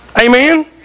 Amen